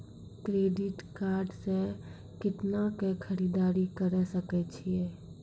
Credit card से कितना के खरीददारी करे सकय छियै?